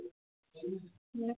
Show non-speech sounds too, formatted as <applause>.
<unintelligible>